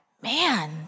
man